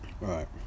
Right